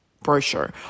Brochure